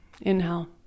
inhale